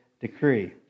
decree